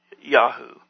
Yahoo